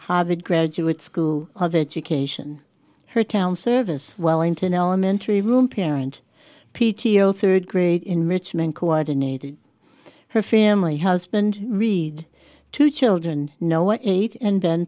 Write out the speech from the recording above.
harvard graduate school of education her town service wellington elementary room parent p t o third grade enrichment coordinated her family husband read two children know what eight and then